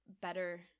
better